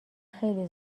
خیلی